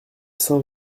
saint